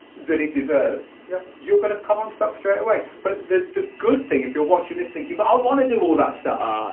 that it deserves yeah you're going to come unstuck straightaway. but the the good thing if you're watching this thinking, but i want to do all that stuff,